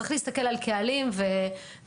צריך להסתכל על קהלים וכדומה.